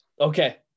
Okay